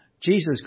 Jesus